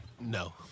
No